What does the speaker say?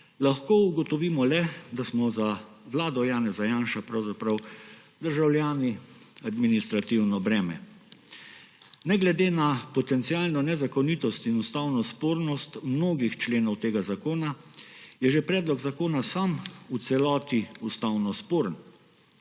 lahko ugotovimo le, da smo za vlado Janeza Janše pravzaprav državljani administrativno breme. Ne glede na potencialno nezakonitost in ustavno spornost mnogih členov tega zakona je že predlog zakona sam v celoti ustavno sporen.